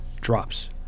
drops